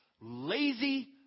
lazy